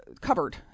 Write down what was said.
covered